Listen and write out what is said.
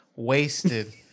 Wasted